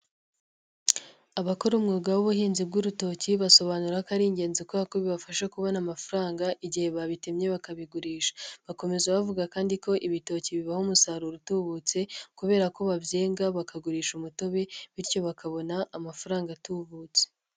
Abakora umwuga w'ubuhinzi bw'urutoki, basobanura ko ari ingenzi kubera kuko bibafasha kubona amafaranga igihe babitemye bakabigurisha, bakomeza bavuga kandi ko ibitoki bibaha umusaruro utubutse, kubera ko babyenga bakagurisha umutobe bityo bakabona amafaranga atubutse.